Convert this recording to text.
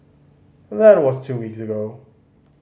that was two weeks ago